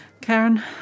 Karen